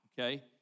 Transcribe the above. okay